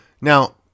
Now